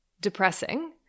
depressing